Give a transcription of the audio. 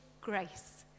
grace